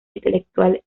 intelectual